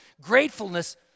gratefulness